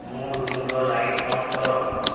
ମୋ ରୁମ୍ର ଲାଇଟ୍ ବନ୍ଦ କର